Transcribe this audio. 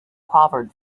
proverb